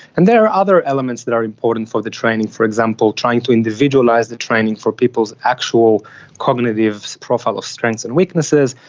and there are other elements that are important for the training, for example trying to individualise the training for people's actual cognitive profile of strengths and weaknesses,